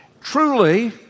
Truly